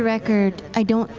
ah record, i don't